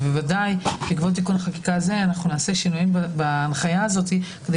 ודאי בעקבות תיקון חקיקה זה נעשה שינויים בהנחיה הזו כדי